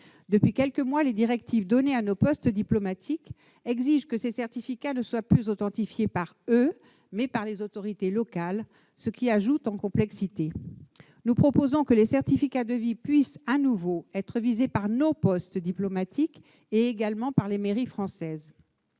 Depuis quelques mois, les directives données à nos postes diplomatiques imposent que ces certificats soient authentifiés non plus par eux, mais par les autorités locales, ce qui ajoute de la complexité. Nous proposons que les certificats de vie puissent à nouveau être visés par nos postes diplomatiques et par les mairies françaises.